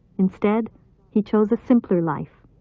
instead he chose a simpler life,